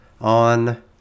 on